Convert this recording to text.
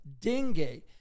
dengue